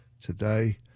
today